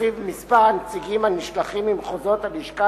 שלפיו מספר הנציגים הנשלחים ממחוזות הלשכה